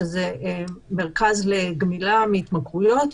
שזה מרכז לגמילה מהתמכרויות,